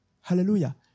Hallelujah